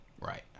right